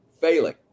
failing